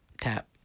tap